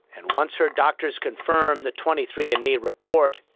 and once her doctors confirmed the twenty three andme report,